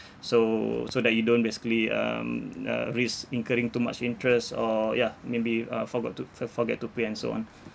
so so that you don't basically um uh risk incurring too much interest or yeah maybe uh forgot to f~ forget to pay and so on